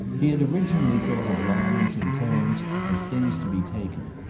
he had originally thought of lines and tones as things to be taken,